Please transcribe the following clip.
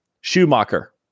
schumacher